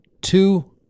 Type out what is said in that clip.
two